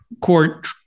court